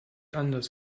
anders